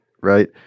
right